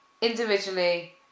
Individually